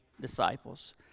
disciples